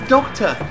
Doctor